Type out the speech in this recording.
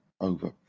over